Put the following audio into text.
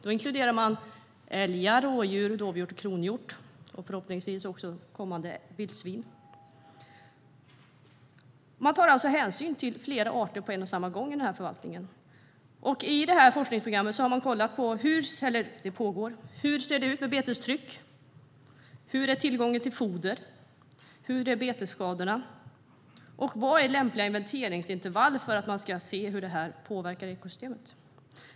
Då inkluderar man älg, rådjur, dovhjort och kronhjort samt förhoppningsvis vildsvin framöver. Man tar alltså hänsyn till flera arter på en och samma gång i förvaltningen. I det forskningsprogram som pågår kollar man hur det ser ut med betestryck, tillgång till foder och betesskador. Man undersöker vad som är lämpliga inventeringsintervall för att man ska se hur detta påverkar ekosystemet.